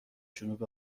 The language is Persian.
جنوب